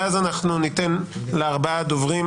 ואז ניתן לארבעה דוברים